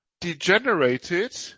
degenerated